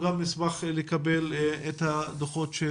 נשמח גם לקבל את הדוחות של